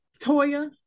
Toya